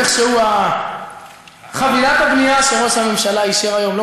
איכשהו חבילת הבנייה שראש הממשלה אישר היום לא